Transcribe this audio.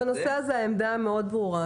בנושא הזה העמדה מאוד ברורה,